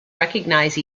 recognize